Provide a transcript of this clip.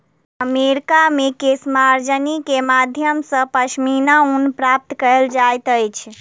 America मे केशमार्जनी के माध्यम सॅ पश्मीना ऊन प्राप्त कयल जाइत अछि